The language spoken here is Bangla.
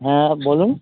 হ্যাঁ বলুন